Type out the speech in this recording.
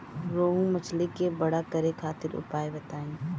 रोहु मछली के बड़ा करे खातिर उपाय बताईं?